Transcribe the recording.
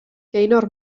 gaynor